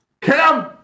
Cam